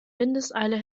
windeseile